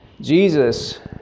Jesus